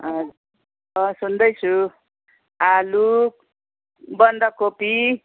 सुन्दैछु आलु बन्दकोपी